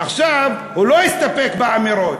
עכשיו הוא לא מסתפק באמירות,